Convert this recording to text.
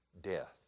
death